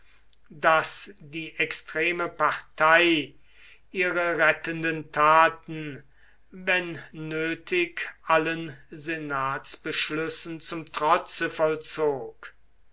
daß die extreme partei ihre rettenden taten wenn nötig allen senatsbeschlüssen zum trotze vollzog